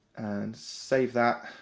and save that,